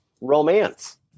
romance